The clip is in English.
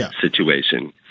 situation